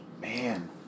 Man